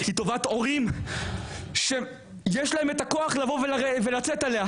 היא תובעת הורים שיש להם את הכוח לצאת עליה,